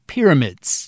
Pyramids